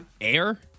air